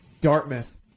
Dartmouth